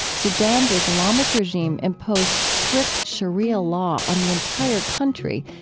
sudan's islamic regime imposed strict sharia law on the entire country,